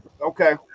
Okay